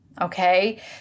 okay